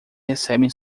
recebem